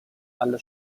alle